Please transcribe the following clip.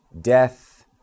death